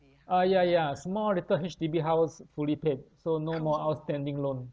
uh ya ya small little H_D_B house fully paid so no more outstanding loan